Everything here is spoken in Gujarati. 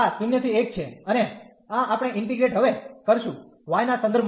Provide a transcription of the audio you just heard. તેથી આ છે અને આ આપણે ઇન્ટીગ્રેટ હવે કરશું y ના સંદર્ભ માં